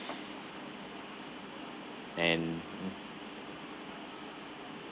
and